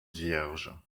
vierge